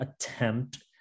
attempt